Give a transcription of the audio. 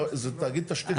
זה תאגיד תשתית.